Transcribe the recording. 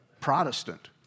Protestant